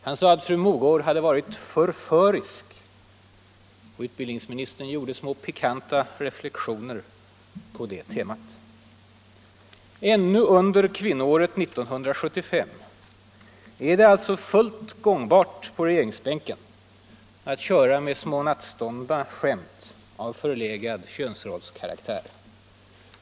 Han sade att fru Mogård hade varit ”förförisk”, och utbildningsministern gjorde små pikanta reflexioner på det temat. Ännu under kvinnoåret 1975 är det alltså fullt gångbart på regeringsbänken att köra med små nattståndna skämt av förlegad könsrollskaraktär.